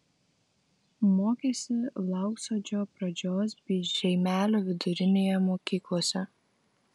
mokėsi lauksodžio pradžios bei žeimelio vidurinėje mokyklose